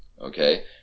Okay